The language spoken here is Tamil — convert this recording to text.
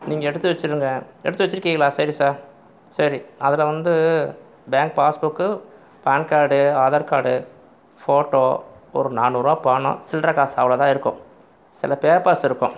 நீங்கள் எடுத்து வச்சுடுங்க எடுத்து வச்சுருக்கிங்களா சரி சார் சரி அதில் வந்து bank passbook PAN card Aadhaar card photo ஒரு நானு ரூபா பணம் சில்லரை காசு அவ்வளோதான் இருக்கும் சில பேப்பர்ஸ் இருக்கும்